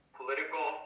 political